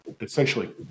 essentially